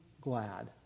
glad